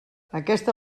aquesta